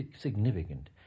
significant